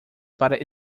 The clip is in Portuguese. para